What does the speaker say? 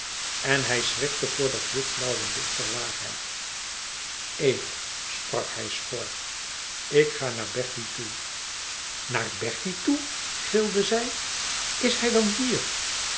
en hij schrikte voor dat witblauwe licht der waarheid eve sprak hij schor ik ga naar bertie toe naar bertie toe gilde zij is hij dan hier